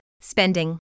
spending